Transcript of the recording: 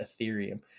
Ethereum